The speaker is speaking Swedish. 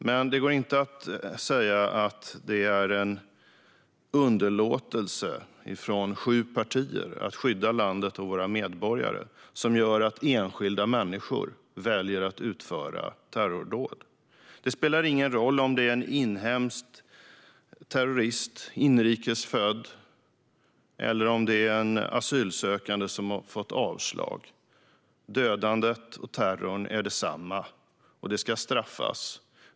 Det går dock inte att säga att det är en underlåtelse från sju partier att skydda landet och våra medborgare som gör att enskilda människor väljer att utföra terrordåd. Det spelar ingen roll om det är en inhemsk, inrikes född terrorist eller en asylsökande som har fått avslag. Dödandet och terrorn är desamma och ska straffas.